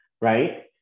right